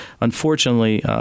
unfortunately